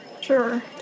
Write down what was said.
Sure